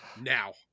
now